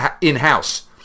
in-house